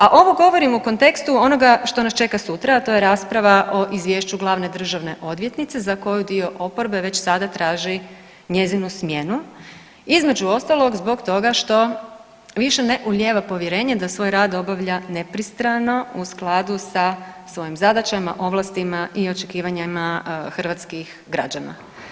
A ovo govorim u kontekstu onoga što nas čeka sutra, a to je rasprava o izvješću glavne državne odvjetnice, za koju dio oporbe već sada traži njezinu smjenu, između ostalog zbog toga što više ne ulijeva povjerenje da svoj rad obavlja nepristrano u skladu sa svojim zadaćama, ovlastima i očekivanjima hrvatskih građana.